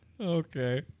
okay